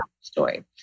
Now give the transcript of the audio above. story